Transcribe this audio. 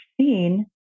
seen